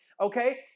Okay